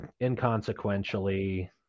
Inconsequentially